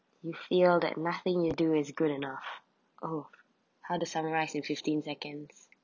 you feel that nothing you do is good enough oh how to summarize in fifteen seconds